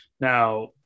Now